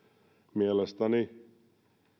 mielestäni